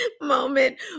Moment